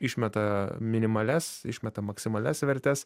išmeta minimalias išmeta maksimalias vertes